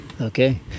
Okay